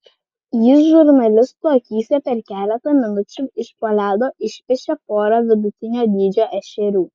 jis žurnalistų akyse per keletą minučių iš po ledo išpešė porą vidutinio dydžio ešerių